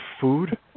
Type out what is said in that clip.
food